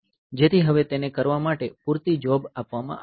જેથી હવે તેને કરવા માટે પૂરતી જોબ આપવામાં આવી છે